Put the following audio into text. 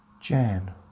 Jan